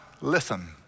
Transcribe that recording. listen